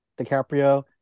DiCaprio